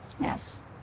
yes